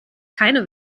keine